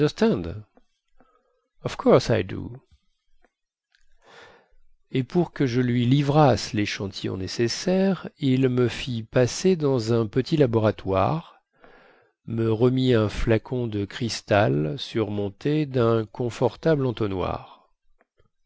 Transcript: et pour que je lui livrasse léchantillon nécessaire il me fit passer dans un petit laboratoire me remit un flacon de cristal surmonté dun confortable entonnoir